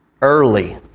early